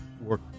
work